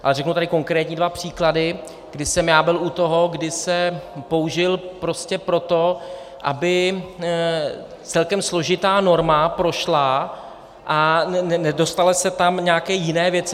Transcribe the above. Ale řeknu tady konkrétní dva příklady, kdy jsem já byl u toho, kdy se použil prostě pro to, aby celkem složitá norma prošla a nedostaly se tam nějaké jiné věci.